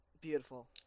Beautiful